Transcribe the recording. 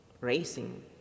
racing